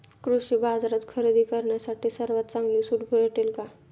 कृषी बाजारात खरेदी करण्यासाठी सर्वात चांगली सूट भेटेल का?